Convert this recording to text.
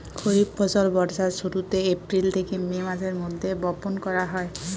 খরিফ ফসল বর্ষার শুরুতে, এপ্রিল থেকে মে মাসের মধ্যে বপন করা হয়